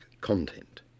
content